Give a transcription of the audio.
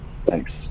Thanks